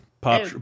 Pop